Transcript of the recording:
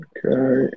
Okay